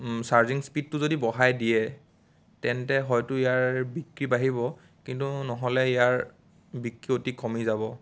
charging স্পীডটো যদি বঢ়াই দিয়ে তেন্তে হয়তো ইয়াৰ বিক্ৰী বাঢ়িব কিন্তু নহ'লে ইয়াৰ বিক্ৰী অতি কমি যাব